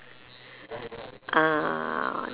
ah